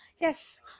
yes